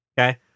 Okay